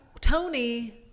Tony